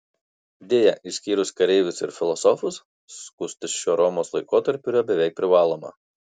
deja išskyrus kareivius ir filosofus skustis šiuo romos laikotarpiu yra beveik privaloma